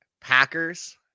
Packers